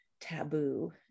taboo